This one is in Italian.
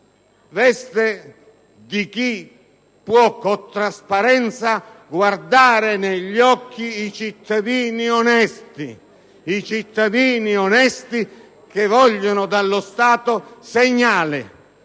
veste di chi può con trasparenza guardare negli occhi i cittadini onesti, quei cittadini onesti che vogliono dallo Stato un segnale,